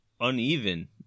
uneven